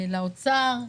לאוצר.